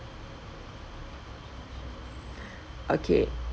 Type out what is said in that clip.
okay